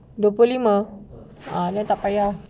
dua puluh lima tak payah lah